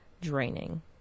draining